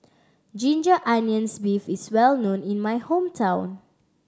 ginger onions beef is well known in my hometown